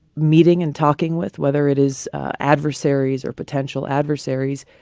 meeting and talking with, whether it is adversaries or potential adversaries,